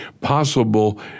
possible